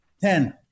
Ten